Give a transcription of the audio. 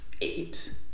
Eight